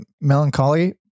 melancholy